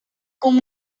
com